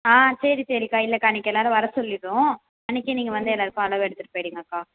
சரி சரிக்கா இல்லைக்கா அன்னைக்கு எல்லாரும் வர சொல்லிவிடுறோம் அன்னைக்கே நீங்கள் வந்து எல்லாருக்கும் அளவு எடுத்துகிட்டு போய்டுங்கக்கா